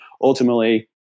ultimately